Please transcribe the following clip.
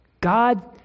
God